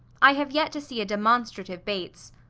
i have yet to see a demonstrative bates.